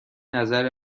نظر